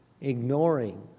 ignoring